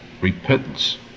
repentance